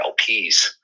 LPs